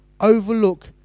Overlook